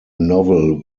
novel